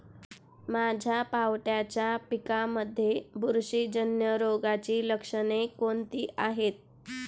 माझ्या पावट्याच्या पिकांमध्ये बुरशीजन्य रोगाची लक्षणे कोणती आहेत?